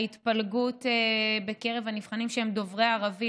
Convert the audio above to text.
ההתפלגות בקרב הנבחנים שהם דוברי ערבית